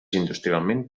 industrialment